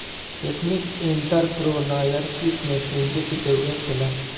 ethnic entrepreneurship में पूंजी के जरूरत होला